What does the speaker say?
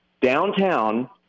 downtown